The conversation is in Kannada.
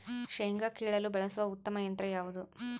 ಶೇಂಗಾ ಕೇಳಲು ಬಳಸುವ ಉತ್ತಮ ಯಂತ್ರ ಯಾವುದು?